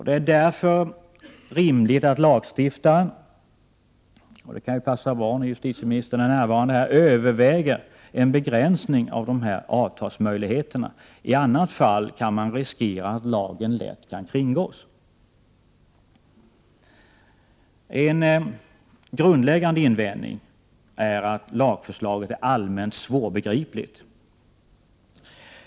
Det är därför rimligt att lagstiftaren överväger en begränsning av dessa avtalsmöjligheter — det kan ju passa bra att nämna detta när justitieministern är närvarande här. I annat fall kan man riskera att lagen lätt kringgås. En grundläggande invändning är att lagförslaget är allmänt svårbegripligt.